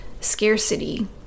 scarcity